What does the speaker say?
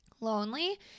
lonely